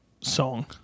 song